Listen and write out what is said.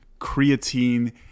creatine